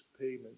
payment